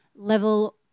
level